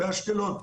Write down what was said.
באשקלון,